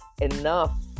enough